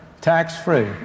tax-free